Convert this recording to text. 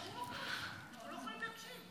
אתם לא חייבים להקשיב.